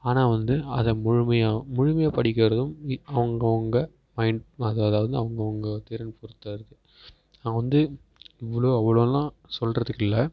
ஆனால் அவன் வந்து அதை முழுமையாக முழுமையாக படிக்கிறதும் அவங்க அவங்க அதாவது அவங்க அவங்க திறன் பொறுத்து தான் இருக்குது நான் வந்து இவ்வளோ அவ்வளோலாம் சொல்கிறதுக்கு இல்லை